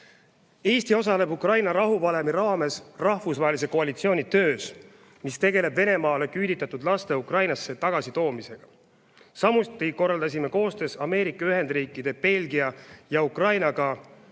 Eesti osaleb Ukraina rahuvalemi raames rahvusvahelise koalitsiooni töös, mis tegeleb Venemaale küüditatud laste Ukrainasse tagasitoomisega. Samuti korraldasime koostöös USA, Belgia ja Ukrainaga